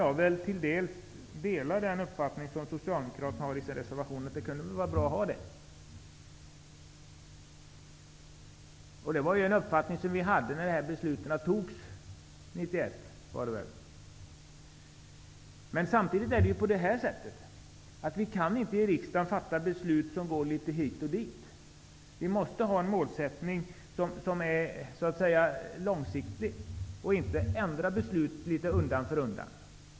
Jag kan delvis dela den uppfattning som Socialdemokraterna har framfört i sin reservation. Denna uppfattning hade vi när dessa beslut fattades, och jag tror att det var 1991. Men samtidigt kan vi i riksdagen inte fatta beslut som går litet hit och dit. Vi måste ha en målsättning som är långsiktig och inte ändra besluten undan för undan.